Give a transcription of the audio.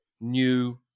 new